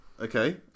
Okay